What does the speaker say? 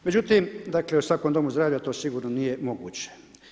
Međutim dakle u svakom domu zdravlja to sigurno nije moguće.